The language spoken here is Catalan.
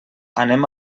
anem